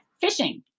fishing